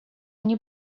они